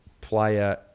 player